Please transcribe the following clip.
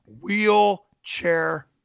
Wheelchair